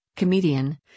comedian